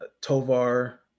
tovar